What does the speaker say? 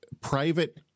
private